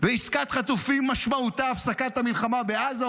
ועסקת חטופים משמעותה הפסקת המלחמה בעזה,